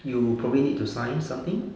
you probably need to sign something